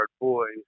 boys